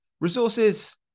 resources